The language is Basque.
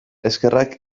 eskerrak